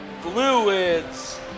fluids